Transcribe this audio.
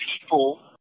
people